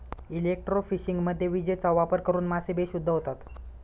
इलेक्ट्रोफिशिंगमध्ये विजेचा वापर करून मासे बेशुद्ध होतात